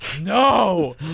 No